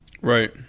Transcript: Right